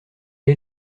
est